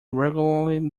regularly